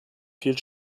viel